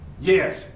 Yes